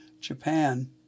Japan